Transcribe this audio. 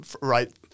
Right